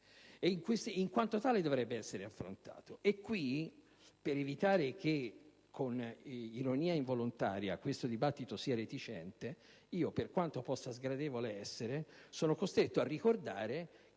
in quanto tale dovrebbe essere affrontato.